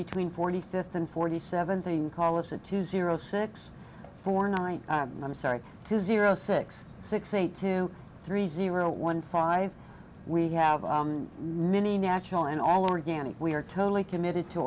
between forty fifth and forty seven thing call us a two zero six four nine i'm sorry two zero six six eight two three zero one five we have a mini natural and all organic we are totally committed to